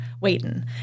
waiting